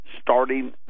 starting